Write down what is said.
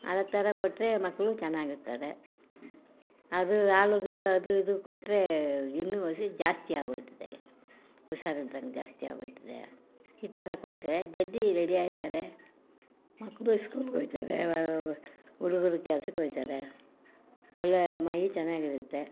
ಆ ಥರ ಕೊಟ್ಟರೆ ಮಕ್ಕಳು ಚೆನ್ನಾಗಿರ್ತಾರೆ ಅದು ಹಾಲೂ ಗಿಲೂ ಅದು ಇದು ಕೊಟ್ಟರೆ ಇನ್ನೂ ವಸಿ ಜಾಸ್ತಿ ಆಗೋಯ್ತದೆ ಹುಷಾರಿಲ್ದಂಗೆ ಜಾಸ್ತಿ ಆಗೋಯ್ತದೆ ಈ ಥರ ಕೊಟ್ಟರೆ ಜಲ್ದಿ ರೆಡಿ ಆಗ್ತಾರೆ ಮಕ್ಕಳು ಸ್ಕೂಲಿಗೆ ಹೋಗ್ತಾರೆ ಹುಡುಗ್ರು ಕೆಲ್ಸಕ್ಕೆ ಹೋಗ್ತಾರೆ ಒಳ್ಳೆಯ ಮೈ ಚೆನ್ನಾಗಿರುತ್ತೆ